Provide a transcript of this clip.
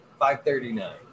539